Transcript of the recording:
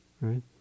right